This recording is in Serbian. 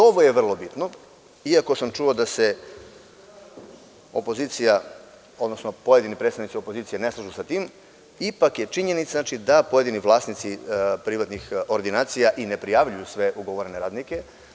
Ovo je vrlo bitno, iako sam čuo da se opozicija, odnosno pojedini predstavnici opozicije ne slažu sa tim, ipak je činjenica da pojedini vlasnici privatnih ordinacija i ne prijavljuju sve ugovorene radnike.